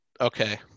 Okay